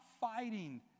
fighting